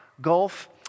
Gulf